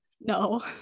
no